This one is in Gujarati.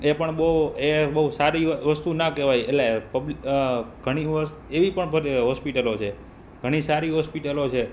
એ પણ બહુ એ બહુ સારી વસ્તુ ના કહેવાય એટલે ઘણી એવી પણ હોસ્પીટલો હોય છે ઘણી સારી હોસ્પિટલો છે